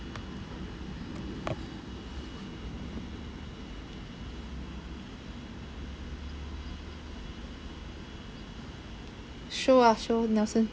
show ah show nelson